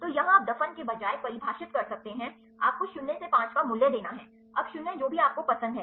तो यहां आप दफन के बजाय परिभाषित कर सकते हैं आपको 0 से 5 का मूल्य देना है अब 0 जो भी आपको पसंद है